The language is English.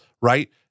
right